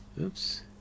Oops